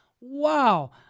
Wow